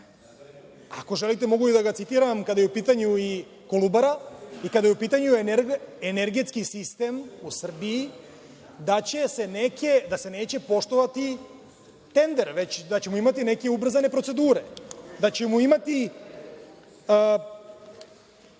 ako želite, mogu i da ga citiram, kada je u pitanju i „Kolubara“ i kada je u pitanju energetski sistem u Srbiji, da se neće poštovati tender već da ćemo imati neke ubrzane procedure, da ćemo imati